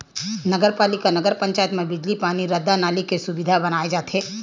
नगर पालिका, नगर पंचायत म बिजली, पानी, रद्दा, नाली के सुबिधा बनाए जाथे